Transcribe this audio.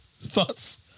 Thoughts